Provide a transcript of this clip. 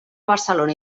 barcelona